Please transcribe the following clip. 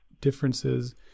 differences